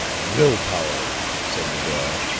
will-power! said medora.